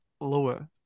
lower